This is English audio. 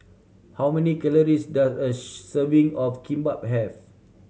how many calories does a serving of Kimbap have